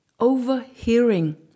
overhearing